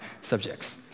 subjects